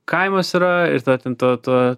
kaimas yra ir tada ten tuo tuo